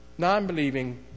non-believing